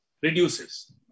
reduces